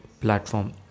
platform